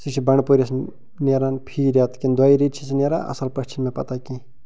سُہ چھِ بنڈٕ پوٗرس نیران فی ریتہٕ کِنہٕ دۄیہِ ریٚتھٕ چھِ سۄ نیران اصل پٲٹھۍ چھ نہٕ مےٚ پتاہ کیٚنہہ